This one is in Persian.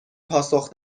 پاسخ